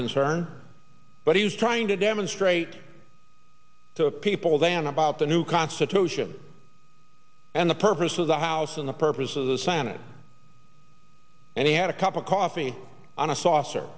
concerned but he was trying to demonstrate to people than about the new constitution and the purpose of the house and the purpose of the senate and he had a cup of coffee on a saucer